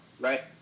right